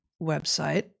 website